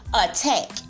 attack